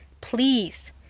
please